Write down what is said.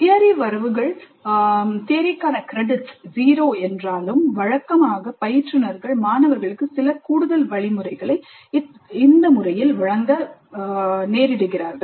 theory வரவுகள் 0 என்றாலும் வழக்கமாக பயிற்றுனர்கள் மாணவர்களுக்கு சில கூடுதல் வழிமுறைகளை வழங்குகிறார்கள்